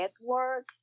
network